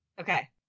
okay